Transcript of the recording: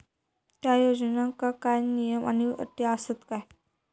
त्या योजनांका काय नियम आणि अटी आसत काय?